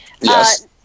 yes